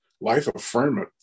life-affirming